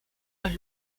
los